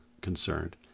concerned